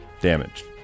damage